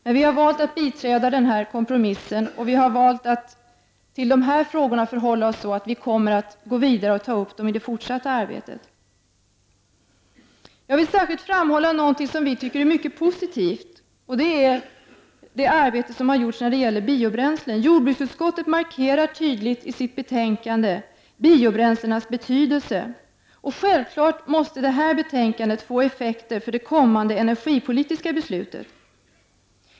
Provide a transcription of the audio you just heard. Men vi har valt att biträda denna kompromiss, och vi har valt att till dessa frågor förhålla oss på ett sådant sätt att vi kommer att gå vidare och ta upp dem i det fortsatta arbetet. Jag vill särskilt framhålla något som vi tycker är mycket positivt, nämligen det arbete som har gjorts när det gäller biobränslen. Jordbruksutskottet markerar tydligt i sitt betänkande biobränslenas betydelse. Och självfallet måste detta betänkande få effekter för det kommande energipolitiska beslutet.